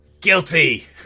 Guilty